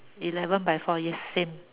eleven by four yes same